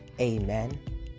Amen